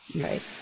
Right